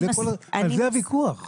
על זה הוויכוח.